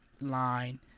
line